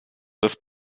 das